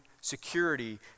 security